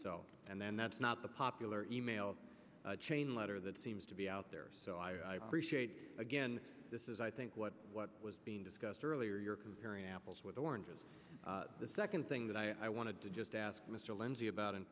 and then that's not the popular e mail chain letter that seems to be out there so i appreciate again this is i think what what was being discussed earlier you're comparing apples with oranges the second thing that i wanted to just ask mr lindsey about in